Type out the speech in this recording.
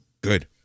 Good